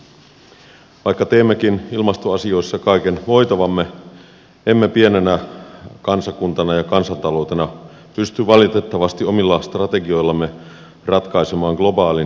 vaikka teemmekin ilmastoasioissa kaiken voitavamme emme pienenä kansakuntana ja kansantaloutena pysty valitettavasti omilla strategioillamme ratkaisemaan globaalin ilmastonmuutoksen ongelmaa